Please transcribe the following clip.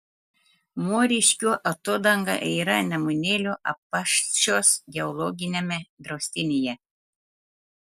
muoriškių atodanga yra nemunėlio apaščios geologiniame draustinyje